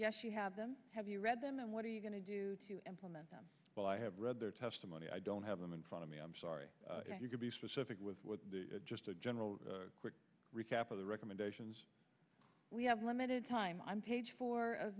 yes you have them have you read them and what are you going to do to implement them well i have read their testimony i don't have them in front of me i'm sorry you could be specific with just a general quick recap of the recommendations we have limited time i'm page four of